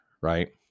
Right